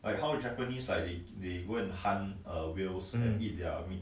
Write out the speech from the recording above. hmm